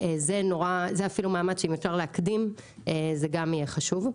זה אפילו מאמץ שאם אפשר להקדים זה גם יהיה חשוב.